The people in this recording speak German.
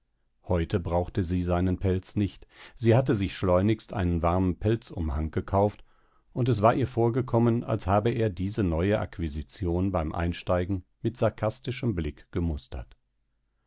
heute brauchte sie seinen pelz nicht sie hatte sich schleunigst einen warmen pelzumhang gekauft und es war ihr vorgekommen als habe er diese neue acquisition beim einsteigen mit sarkastischem blick gemustert